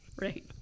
right